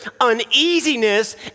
uneasiness